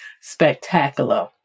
spectacular